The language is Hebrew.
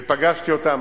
ופגשתי אותם